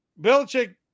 Belichick